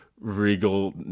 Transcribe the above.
Regal